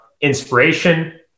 inspiration